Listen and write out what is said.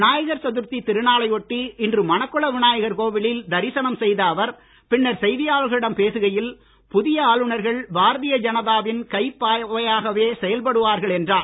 விநாயகர் சதுர்த்தி திருநாளையொட்டி இன்று மணக்குள விநாயகர் கோவிலில் தரிசனம் செய்த அவர் பின்னர் செய்தியாளர்களிடம் பேசுகையில் புதிய ஆளுநர்கள் பாரதிய ஜனதாவின் கைப்பாவையாகவே செயல்படுவார்கள் என்றார்